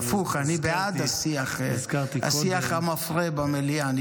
הפוך, אני בעד השיח המפרה במליאה.